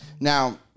Now